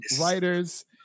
writers